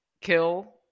kill